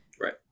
right